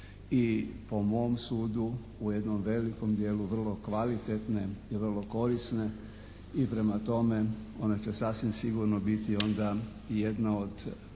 i po mom sudu u jednom velikom dijelu vrlo kvalitetne i vrlo korisne i prema tome one će sasvim sigurno biti onda i jedna od